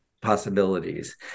possibilities